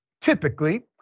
typically